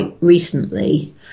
recently